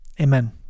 Amen